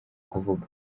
kuvuga